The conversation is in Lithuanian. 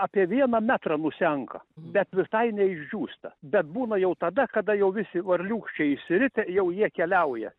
apie vieną metrą nusenka bet visai neišdžiūsta bet būna jau tada kada jau visi varliūkščiai išsiritę jau jie keliauja